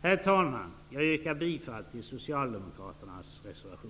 Herr talman! Jag yrkar bifall till